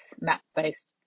map-based